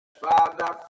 Father